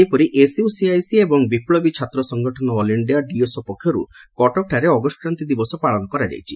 ସେହିପରି ଏସ୍ୟୁସିଆଇସି ଏବଂ ବିପୁବୀ ଛାତ୍ର ସଂଗଠନ ଅଲଇଣ୍ଡିଆ ଡିଏସ୍ଓ ପକ୍ଷରୁ କଟକ ଠାରେ ଅଗଷ୍ କ୍ରାନ୍ଡି ଦିବସ ପାଳନ କରାଯାଇଛି